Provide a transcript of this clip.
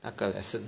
那个 lesson